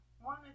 One